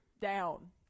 Down